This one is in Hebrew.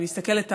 אני מסתכלת עליו,